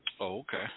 okay